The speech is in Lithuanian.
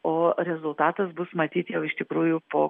o rezultatas bus matyt jau iš tikrųjų po